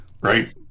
right